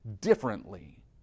differently